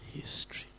History